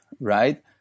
right